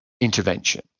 intervention